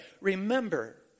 Remember